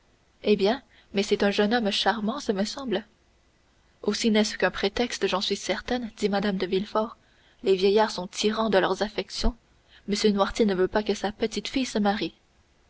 eh bien mais c'est un jeune homme charmant ce me semble aussi n'est-ce qu'un prétexte j'en suis certaine dit mme de villefort les vieillards sont tyrans de leurs affections m noirtier ne veut pas que sa petite-fille se marie